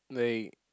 like